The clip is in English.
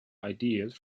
ideas